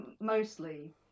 mostly